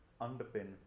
underpin